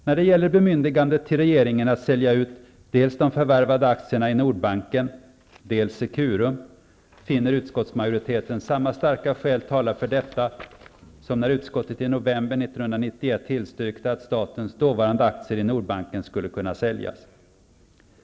När det gäller bemyndigandet för regeringen att sälja ut dels de förvärvade aktierna i Nordbanken, dels Securum, finner utskottsmajoriteten samma starka skäl tala för detta som när utskottet i november 1991 tillstyrkte att statens dåvarande aktier i Nordbanken skulle kunna säljas.